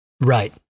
Right